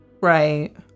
Right